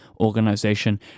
organization